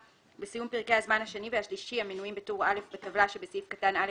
בסיום פרקי הזמן השני והשלישי המנויים בטור א' בטבלה שבסעיף קטן (א),